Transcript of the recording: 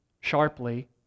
sharply